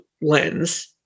lens